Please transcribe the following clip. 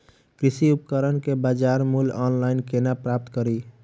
कृषि उपकरण केँ बजार मूल्य ऑनलाइन केना प्राप्त कड़ी?